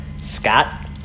Scott